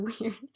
weird